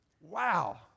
Wow